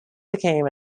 became